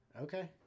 Okay